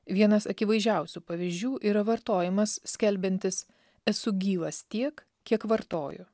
vienas akivaizdžiausių pavyzdžių yra vartojimas skelbiantis esu gyvas tiek kiek vartoju